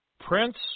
prince